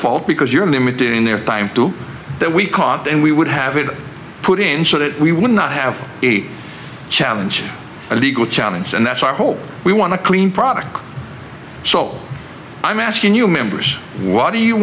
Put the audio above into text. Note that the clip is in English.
fault because you're limiting their time to that we caught and we would have it put in so that we would not have a challenge and legal challenge and that's our whole we want to clean product so i'm asking you members what do you